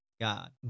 God